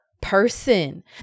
person